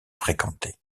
fréquenté